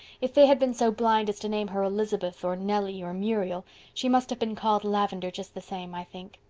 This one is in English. if they had been so blind as to name her elizabeth or nellie or muriel she must have been called lavendar just the same, i think.